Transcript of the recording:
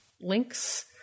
links